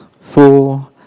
four